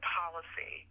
policy